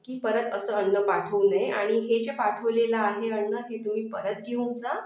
की परत असं अन्न पाठवू नये आणि हे जे पाठवलेलं आहे अन्न हे तुम्ही परत घेऊन जा